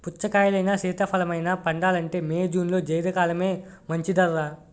పుచ్చకాయలైనా, సీతాఫలమైనా పండాలంటే మే, జూన్లో జైద్ కాలమే మంచిదర్రా